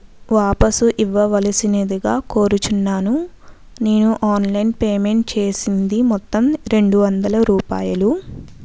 వాపస్సు ఇవ్వవలసినదిగా కోరుచున్నాను నేను ఆన్లైన్ పేమెంట్ చేసింది మొత్తం రెండు వందల రూపాయిలు